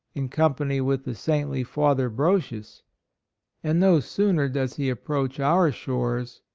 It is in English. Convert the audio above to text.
in company with the saintly father brosius and no sooner does he approach our shores,